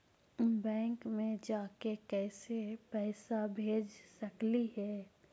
Bank मे जाके कैसे पैसा भेज सकली हे?